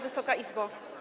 Wysoka Izbo!